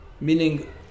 meaning